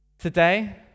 Today